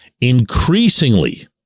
increasingly